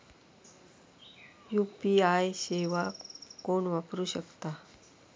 UPI सेवा कोण वापरू शकता?